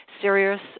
serious